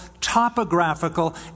topographical